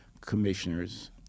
commissioners